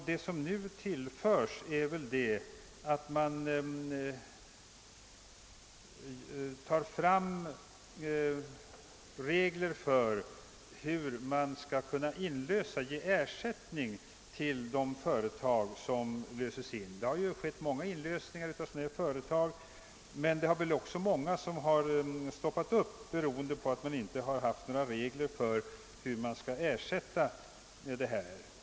Vad som nu utföres är väl att man tar fram regler för hur man skall kunna ge ersättning till de företag som löses in. Det har ju skett många frivilliga inlösningar av sådana här företag, men det är också många som har stoppats, beroende på att man inte har haft regler för hur ersättningen skall utgå.